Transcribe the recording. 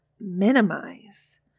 minimize